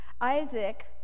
Isaac